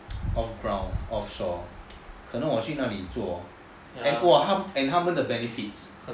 off ground off shore 可能我去那里做 hor and !wah! 他们的 benefits